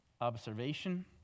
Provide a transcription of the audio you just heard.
Observation